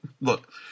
look –